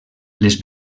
les